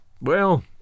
Well